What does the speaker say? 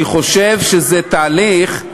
אני חושב שזה תהליך,